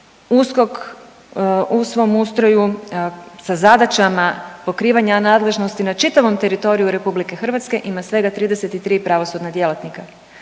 USKOK u svom ustroju sa zadaćama pokrivanja nadležnosti na čitavom teritoriju Republike Hrvatske ima svega 33 pravosudna djelatnika.